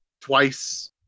twice